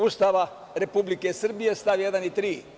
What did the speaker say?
Ustava Republike Srbije stav 1. i 3?